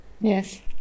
yes